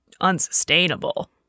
unsustainable